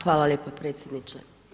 Hvala lijepa predsjedniče.